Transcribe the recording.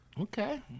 Okay